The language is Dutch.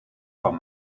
van